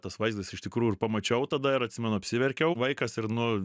tas vaizdas iš tikrųjų ir pamačiau tada ir atsimenu apsiverkiau vaikas ir nu